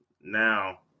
now